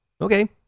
Okay